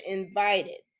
invited